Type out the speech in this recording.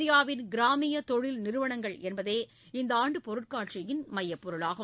இந்தியாவின் கிராமிய தொழில் நிறுவனங்கள் என்பதே இந்தாண்டு பொருள்காட்சியின் மையப் பொருளாகும்